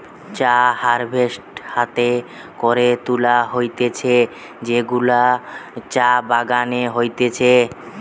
চা হারভেস্ট হাতে করে তুলা হতিছে যেগুলা চা বাগানে হতিছে